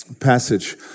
passage